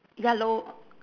yellow